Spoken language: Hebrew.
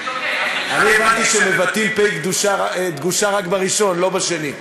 אני הבנתי שמבטאים פ"א דגושה רק בראשון, לא בשני.